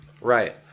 Right